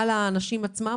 על האנשים עצמם?